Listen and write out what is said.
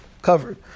covered